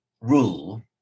Rule